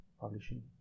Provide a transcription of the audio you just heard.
Publishing